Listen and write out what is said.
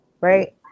right